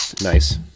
nice